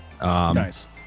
Nice